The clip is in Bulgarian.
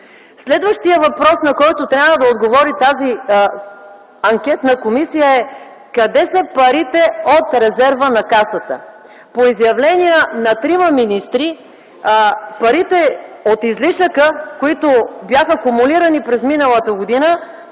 Следващият въпрос на който трябва да отговори тази анкетна комисия е: къде са парите от резерва на Касата? По изявления на трима министри парите от излишъка, които бяха кумулирани през миналата година